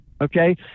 Okay